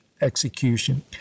execution